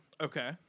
Okay